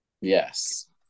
yes